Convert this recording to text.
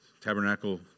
tabernacle